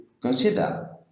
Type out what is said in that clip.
consider